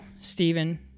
Stephen